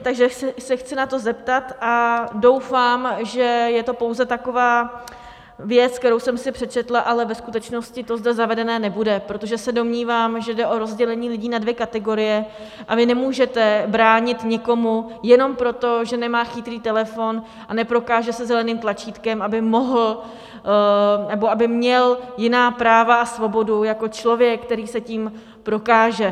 Takže se chci na to zeptat a doufám, že je to pouze taková věc, kterou jsem si přečetla, ale ve skutečnosti to zde zavedené nebude, protože se domnívám, že jde o rozdělení lidí na dvě kategorie, a vy nemůžete bránit nikomu jenom proto, že nemá chytrý telefon a neprokáže se zeleným tlačítkem, aby měl jiná práva a svobodu jako člověk, který se tím prokáže.